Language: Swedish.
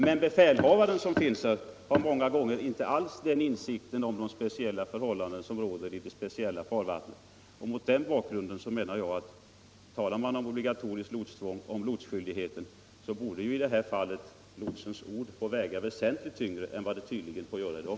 Men befälhavaren har många gånger inte alls erforderlig insikt om de speciella lokala förhållanden som råder. Mot den bakgrunden menar jag att talar man om obligatorisk lotsskyldighet, så måste också lotsens ord få väga betydligt tyngre än vad det tydligen gör i dag.